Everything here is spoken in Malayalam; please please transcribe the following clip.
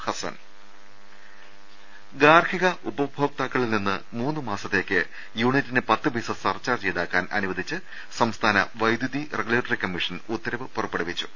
രുമെട്ടറു ഗാർഹിക ഉപഭോക്താക്കളിൽ നിന്ന് മൂന്നുമാസത്തേക്ക് യൂണിറ്റിന് പത്തു പൈസ സർചാർജ്ജ് ഈടാക്കാൻ അനുവദിച്ച് സംസ്ഥാന വൈദ്യുതി റഗു ലേറ്ററി കമ്മീഷൻ ഉത്തരവ് പുറപ്പെടുവിച്ചു